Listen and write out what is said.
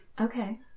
Okay